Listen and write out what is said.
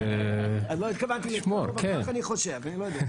אני לא התכוונתי --- אבל כך אני חושב.